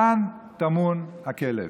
כאן טמון הכלב.